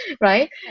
Right